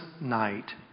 night